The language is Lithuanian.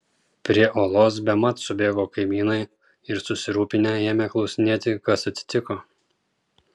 prie olos bemat subėgo kaimynai ir susirūpinę ėmė klausinėti kas atsitiko